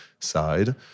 side